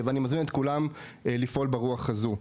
ואני מזמין את כולם לפעול ברוח הזאת.